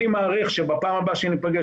אני מעריך שבפעם הבאה שניפגש,